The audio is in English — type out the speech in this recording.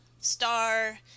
star